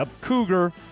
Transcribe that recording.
Cougar